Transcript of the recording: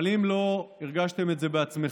אבל אם לא הרגשתם את זה בעצמכם,